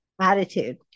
attitude